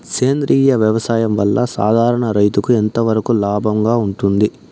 సేంద్రియ వ్యవసాయం వల్ల, సాధారణ రైతుకు ఎంతవరకు లాభంగా ఉంటుంది?